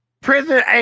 Prison